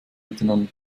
miteinander